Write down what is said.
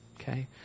Okay